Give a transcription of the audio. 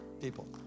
people